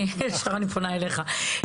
ישר אני פונה אליך.